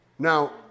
Now